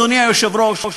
אדוני היושב-ראש,